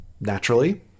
Naturally